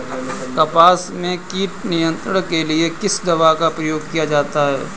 कपास में कीट नियंत्रण के लिए किस दवा का प्रयोग किया जाता है?